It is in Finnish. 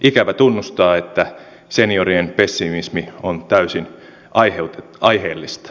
ikävä tunnustaa että seniorien pessimismi on täysin aiheellista